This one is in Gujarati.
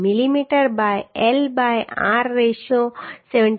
millimetre by L by r ratio 74